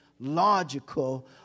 logical